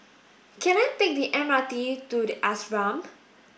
can I take the M R T to The Ashram